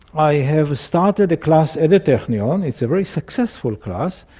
i have started a class at the technion, um it's a very successful class,